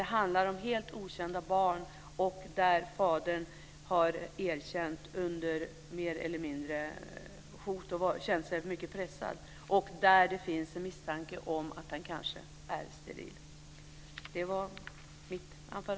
Det handlar i stället om helt okända barn, om fadern har erkänt faderskap under mycket stor press och om det finns en misstanke om att han är steril.